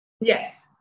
Yes